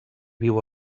viu